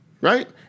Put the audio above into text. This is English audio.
right